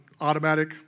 automatic